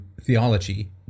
theology